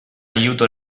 aiuto